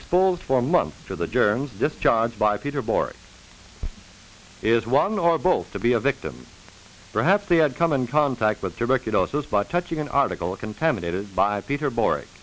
exposed for months to the germs discharged by peter bore is one or both to be a victim perhaps the had come in contact with tuberculosis by touching an article contaminated by peter bori